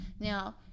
Now